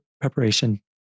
preparation